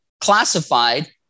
classified